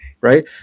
right